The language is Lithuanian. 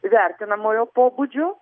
vertinamojo pobūdžio